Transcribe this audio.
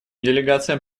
делегациям